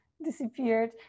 disappeared